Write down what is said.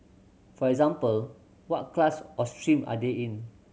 for example what class or stream are they in